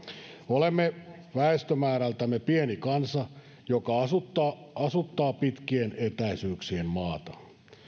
olemme väestömäärältämme pieni kansa joka asuttaa asuttaa pitkien etäisyyksien maata